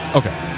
okay